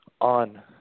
on